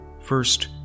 first